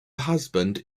husband